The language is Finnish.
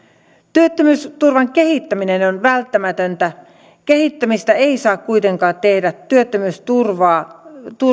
työttömyysturvan kehittäminen on välttämätöntä kehittämistä ei saa kuitenkaan tehdä työttömyysturvaa